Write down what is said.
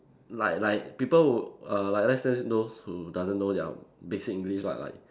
like like people who err like let's say those who doesn't know their basic English lah like